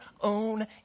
own